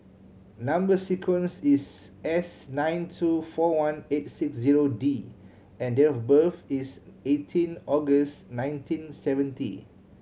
number sequence is S nine two four one eight six zero D and date of birth is eighteen August nineteen seventy